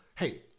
Hey